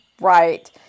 right